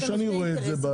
רואה את זה,